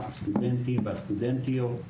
הסטודנטים והסטודנטיות,